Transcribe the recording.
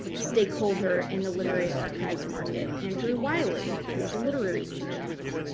stakeholder in the literary archives market, andrew wiley, who is a literary agent.